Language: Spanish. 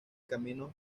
caminos